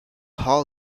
hall